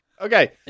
Okay